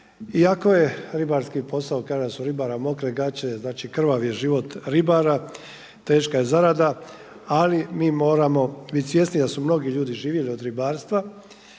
Iako je ribarski posao kaže se da su u ribara mokre gaće, znači krvav je život ribara, teška je zarada. Ali mi moramo bit svjesni da su mnogi ljudi živjeli od ribarstva